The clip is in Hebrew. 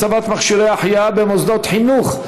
הצבת מכשירי החייאה במוסדות חינוך),